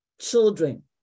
children